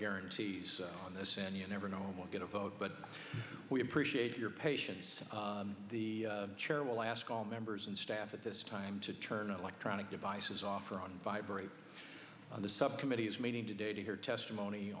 guarantees on this and you never know it will get a vote but we appreciate your patience the chair will ask all members and staff at this time to turn out like trying to devise his offer on vibrate on the subcommittees meeting today to hear testimony